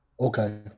Okay